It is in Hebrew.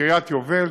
לקריית יובל,